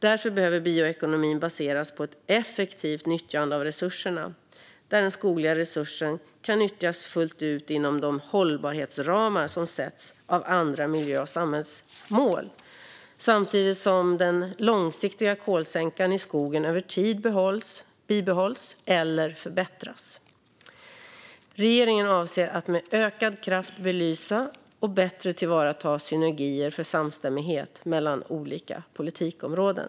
Därför behöver bioekonomin baseras på ett effektivt nyttjande av resurserna, där den skogliga resursen kan nyttjas fullt ut inom de hållbarhetsramar som sätts av andra miljö och samhällsmål, samtidigt som den långsiktiga kolsänkan i skogen över tid bibehålls eller förbättras. Regeringen avser att med ökad kraft belysa och bättre tillvarata synergier för samstämmighet mellan olika politikområden.